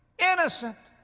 innocent,